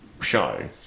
show